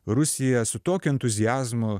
rusija su tokiu entuziazmu